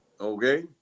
okay